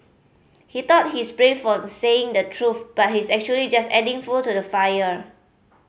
he thought he's brave for saying the truth but he's actually just adding fuel to the fire